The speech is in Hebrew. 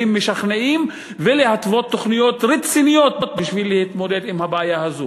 משכנעים ולהתוות תוכניות רציניות בשביל להתמודד עם הבעיה הזאת.